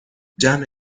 جمع